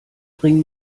bring